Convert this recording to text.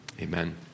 amen